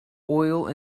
oil